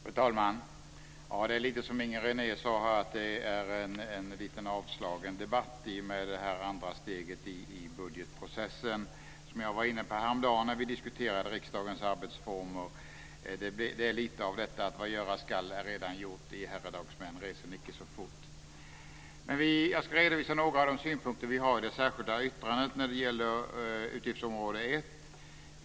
Fru talman! Det är som Inger René sade, att debatten är lite avslagen i och med det andra steget i budgetprocessen. Som jag var inne på häromdagen när vi diskuterade riksdagens arbetsformer är det lite av detta: Vad göras skall är redan gjort. I herredagsmän resen icke så fort. Men jag ska redovisa några av de synpunkter som vi har i det särskilda yttrandet när det gäller utgiftsområde 1.